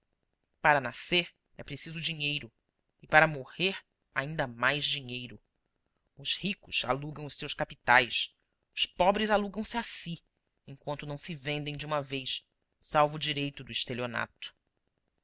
para nascer é preciso dinheiro e para morrer ainda mais dinheiro os ricos alugam os seus capitais os pobres alugam se a si enquanto não se vendem de uma vez salvo o direito do estelionato